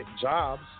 jobs